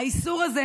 האיסור הזה